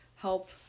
help